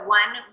one